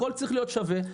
הכול צריך להיות שווה.